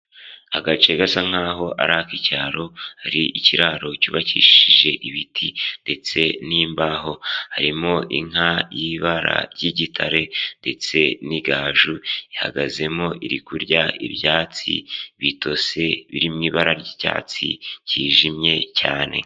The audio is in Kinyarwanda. Agace gasa nkaho ari ak'icyaro, hari ikiraro cyubakishije ibiti ndetse n'imbaho, harimo inka y'ibara ry'igitare ndetse n'igaju ihagazemo iri kurya ibyatsi bitose biririmo ibara ry'icyatsi cyijimye cyane.